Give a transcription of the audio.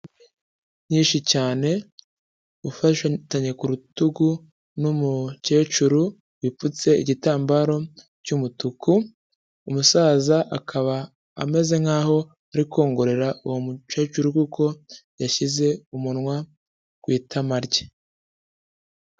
Imvi nyinshi cyane ufatanye ku rutugu n'umukecuru wipfutse igitambaro cy'umutuku, umusaza akaba ameze nkaho ari kongorera uwo mukecuru kuko yashyize umunwa ku itama rye.